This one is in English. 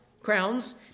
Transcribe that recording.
crowns